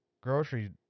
grocery